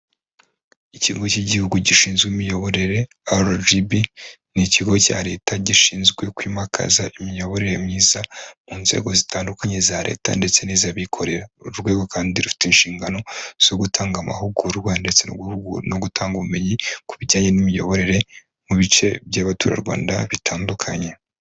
Ikigo cy'igihugu gishinzwe imiyoborere RGB, ni ikigo cya leta gishinzwe kwimakaza imiyoborere myiza mu nzego zitandukanye za leta ndetse n'izabikorera, uru rwego kandi rufite inshingano zo gutanga amahugurwa ndetse no guhugura no gutanga ubumenyi ku bijyanye n'imiyoborere mu bice by'abaturarwanda bitandukanye.